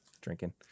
drinking